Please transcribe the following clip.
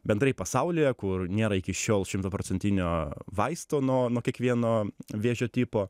bendrai pasaulyje kur nėra iki šiol šimtaprocentinio vaisto nuo nuo kiekvieno vėžio tipo